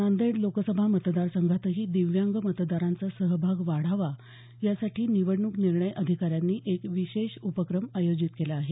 नांदेड लोकसभा मतदारसंघातही दिव्यांग मतदारांचा सहभाग वाढावा यासाठी निवडणूक निर्णय अधिकाऱ्यांनी एक विशेष उपक्रम आयोजित केला आहे